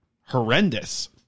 horrendous